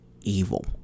evil